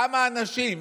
כמה אנשים